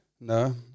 No